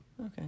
Okay